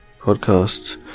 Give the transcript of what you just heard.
podcast